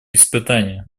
испытания